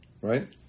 right